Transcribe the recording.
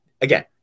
again